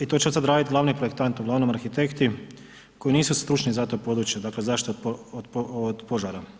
I to je će od sada raditi glavni projektant, uglavnom arhitekti koji nisu stručni za to područje, dakle zaštita od požara.